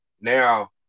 Now